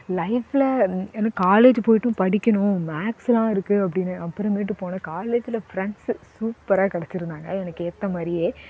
லைஃப்பில் ஏன்னா காலேஜ் போய்ட்டும் படிக்கணும் மேக்ஸெல்லாம் இருக்குது அப்படின்னு அப்புறமேட்டு போனேன் காலேஜில் ஃப்ரெண்ட்ஸ் சூப்பராக கெடைச்சிருந்தாங்க எனக்கு ஏற்ற மாதிரியே